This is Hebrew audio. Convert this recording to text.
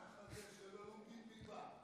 ככה זה כשלא לומדים ליבה.